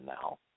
now